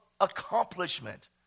accomplishment